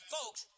Folks